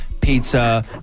pizza